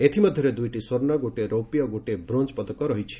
ଏଥିମଧ୍ୟରେ ଦୁଇଟି ସ୍ୱର୍ଣ୍ଣ ଗୋଟିଏ ରୌପ୍ୟ ଓ ଗୋଟିଏ ବ୍ରୋଞ୍ଜ ପଦକ ରହିଛି